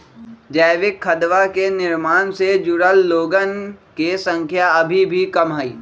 जैविक खदवा के निर्माण से जुड़ल लोगन के संख्या अभी भी कम हई